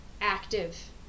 active